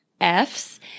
Fs